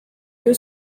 used